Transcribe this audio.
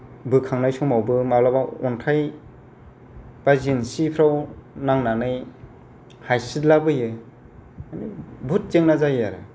बोखांनाय समावबो माब्लाबा अन्थाय एबा जेंसिफोराव नांनानै हायसिलाबोयो माने बुहुद जेनां जायो आरो